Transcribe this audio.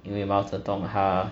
因为毛泽东他